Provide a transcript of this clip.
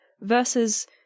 versus